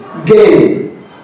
game